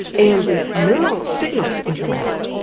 and the neural signals interact,